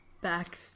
back